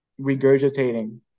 regurgitating